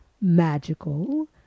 magical